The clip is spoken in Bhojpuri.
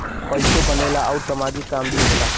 पइसो बनेला आउर सामाजिक काम भी होला